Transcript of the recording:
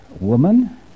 Woman